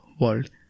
world